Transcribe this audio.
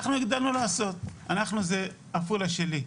אנחנו הקדמנו לעשות, אנחנו זה "עפולה שלי",